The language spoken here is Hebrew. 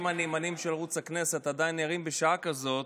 הנאמנים של ערוץ הכנסת עדיין ערים בשעה כזאת.